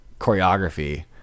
choreography